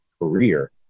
career